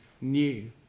new